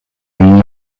and